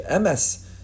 MS